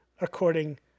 according